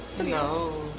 No